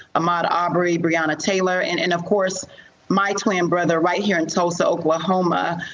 ahmaud arbery, breonna taylor and and of course my twin and brother right here in tulsa, oklahoma.